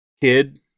kid